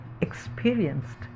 experienced